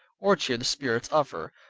or cheer the spirits of her,